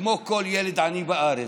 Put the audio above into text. כמו כל ילד עני בארץ.